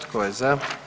Tko je za?